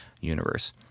universe